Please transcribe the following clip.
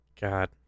God